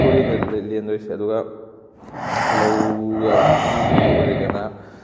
ꯇꯨꯔꯦꯟꯗ ꯂꯦꯟꯗꯣꯏꯁꯦ ꯑꯗꯨꯒ ꯂꯧꯒ ꯂꯨ ꯊꯨꯝꯕ ꯑꯣꯏꯔꯒꯅ